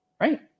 right